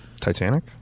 Titanic